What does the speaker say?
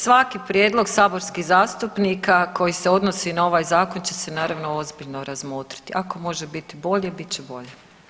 Svaki prijedlog saborskih zastupnika koji se odnosi na ovaj zakon će se naravno ozbiljno razmotriti, ako može biti bolji bit će bolji.